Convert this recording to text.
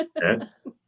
Yes